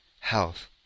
Health